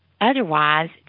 otherwise